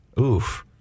Oof